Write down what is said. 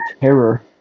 terror